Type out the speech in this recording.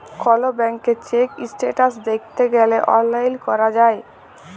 call ব্যাংকের cheque status দ্যাইখতে গ্যালে অললাইল ক্যরা যায়